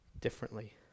differently